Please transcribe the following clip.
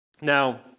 Now